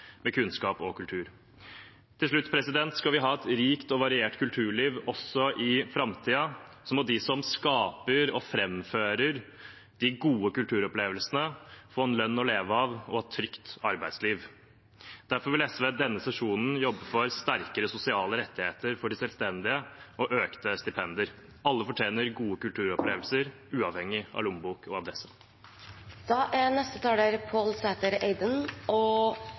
med kunnskap og kultur. Til slutt: Skal vi ha et rikt og variert kulturliv også i framtiden, må de som skaper og framfører de gode kulturopplevelsene, få en lønn å leve av og et trygt arbeidsliv. Derfor vil SV denne sesjonen jobbe for sterkere sosiale rettigheter for de selvstendige, og økte stipender. Alle fortjener gode kulturopplevelser, uavhengig av lommebok og adresse. Jeg har min debut som representant denne uken og